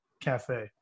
Cafe